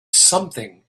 something